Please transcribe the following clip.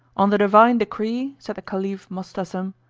on the divine decree, said the caliph mostasem,